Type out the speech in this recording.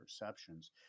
perceptions